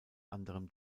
anderem